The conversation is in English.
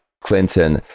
Clinton